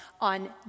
on